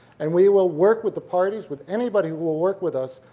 and we will work with the parties, with anybody who will work with us,